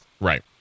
Right